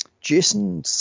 Jason